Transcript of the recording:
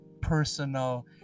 personal